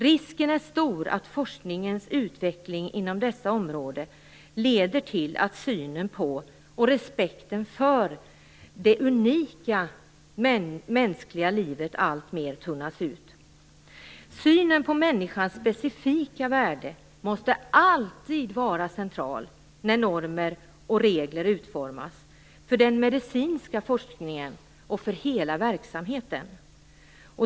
Risken är stor att forskningens utveckling inom dessa områden leder till att respekten för det unika mänskliga livet alltmer tunnas ut. Synen på människans specifika värde måste alltid vara central när normer och regler utformas för den medicinska forskningen och för hela verksamheten.